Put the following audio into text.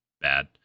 bad